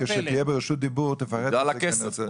כשתהיה ברשות דיבור תפרט לגבי זה.